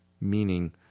meaning